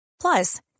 Plus